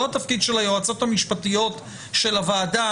התפקיד של היועצות המשפטיות של הוועדה,